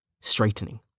straightening